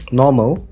normal